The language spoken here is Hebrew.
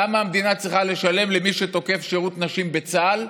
למה המדינה צריכה לשלם למי שתוקף שירות נשים בצה"ל,